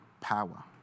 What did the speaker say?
power